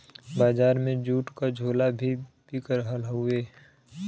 बजार में जूट क झोला भी बिक रहल हउवे